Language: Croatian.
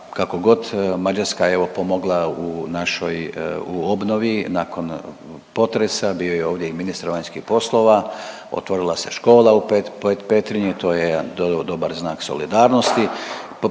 kako god Mađarska je evo pomogla u našoj, u obnovi nakon potresa, bio je ovdje i ministar vanjskih poslova, otvorila se škola u Petrinji, to je jedan dobar znak solidarnosti,